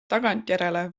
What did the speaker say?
tagantjärele